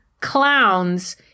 clowns